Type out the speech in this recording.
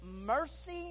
mercy